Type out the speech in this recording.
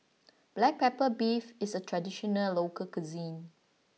Black Pepper Beef is a traditional local cuisine